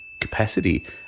capacity